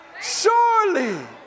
Surely